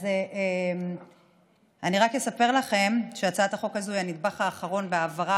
אז אני רק אספר לכם שהצעת החוק הזו היא הנדבך האחרון בהעברה